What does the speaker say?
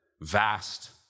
vast